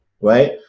right